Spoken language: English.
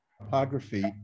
topography